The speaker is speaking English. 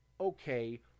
okay